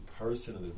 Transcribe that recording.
personally